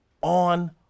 on